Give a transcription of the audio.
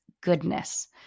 goodness